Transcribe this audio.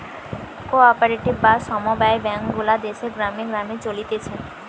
co operative বা সমব্যায় bank গুলা দেশের গ্রামে গ্রামে চলতিছে